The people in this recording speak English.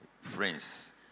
friends